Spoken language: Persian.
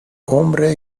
عمر